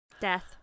death